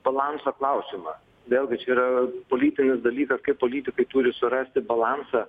balanso klausimą vėlgi čia yra politinis dalykas kaip politikai turi surasti balansą